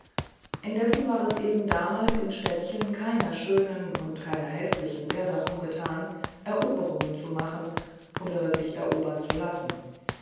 indessen war es eben damals im städtchen keiner schönen und keine häßlichen sehr darum zu tun eroberungen zu machen oder sich erobern zu lassen